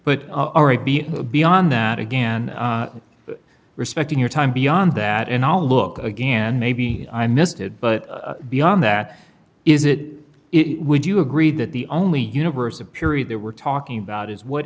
t beyond that again respecting your time beyond that and all look again maybe i missed it but beyond that is it would you agree that the only universe of period there we're talking about is what